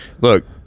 Look